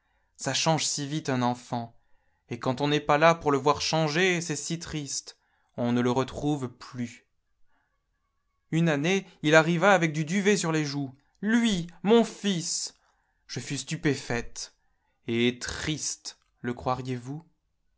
ça change si vite un enfant et quand on n'est pas là pour le voir changer c'est si triste on ne le retrouve plus une année il arriva avec du duvet sur les joues lui mon fils je fus stupéfaite et triste le croiriez-vous